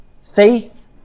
Faith